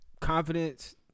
confidence